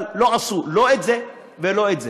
אבל לא עשו לא את זה ולא את זה.